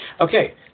Okay